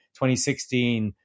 2016